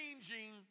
changing